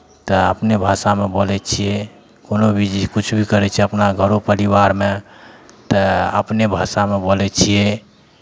तऽ अपने भाषामे बोलै छियै कोनो भी जे किछु भी करै छियै अपना घरो परिवारमे तऽ अपने भाषामे बोलै छियै